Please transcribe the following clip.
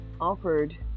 offered